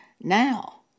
now